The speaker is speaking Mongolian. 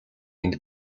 энд